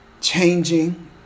changing